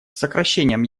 сокращением